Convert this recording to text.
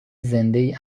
زندهای